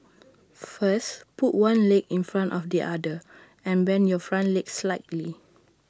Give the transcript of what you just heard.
first put one leg in front of the other and bend your front leg slightly